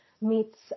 meets